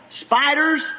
spiders